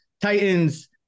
titans